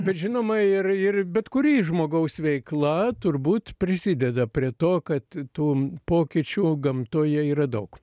bet žinoma ir ir bet kuri žmogaus veikla turbūt prisideda prie to kad tų pokyčių gamtoje yra daug